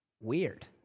Weird